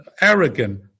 arrogant